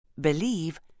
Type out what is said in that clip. believe